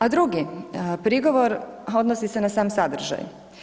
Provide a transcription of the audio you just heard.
A drugi prigovor odnosi se na sam sadržaj.